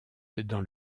dans